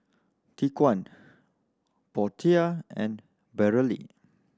Tyquan Portia and Brielle